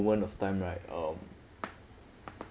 moment of time right um